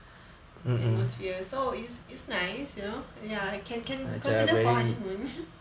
atmosphere so it it's nice you know ya can can consider for honeymoon